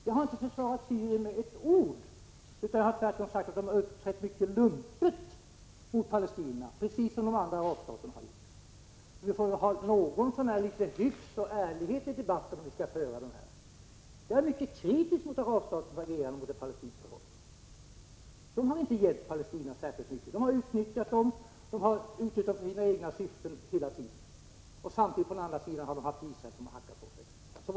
Jag har inte med ett enda ord försvarat Syrien, utan jag har tvärtom sagt att man har uppträtt mycket lumpet mot palestinierna, precis som de andra arabstaterna har gjort. Det måste finnas litet hyfs och ärlighet i debatten. Jag är mycket kritisk mot arabstaternas agerande gentemot det palestinska folket. De har inte gett palestinierna särskilt mycket. De har hela tiden utnyttjat dem för sina egna syften. På den andra sidan har de samtidigt haft Israel hackande på sig.